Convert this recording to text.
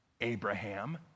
Abraham